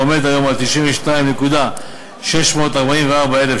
העומד היום על 92,644 ש"ח,